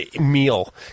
meal